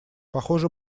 похоже